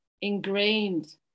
ingrained